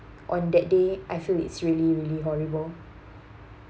on that day I feel it's really really horrible